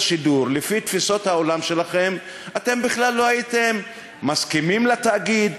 השידור לפי תפיסות העולם שלכם אתם בכלל לא הייתם מסכימים לתאגיד,